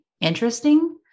interesting